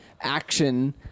action